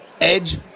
edge